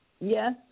yes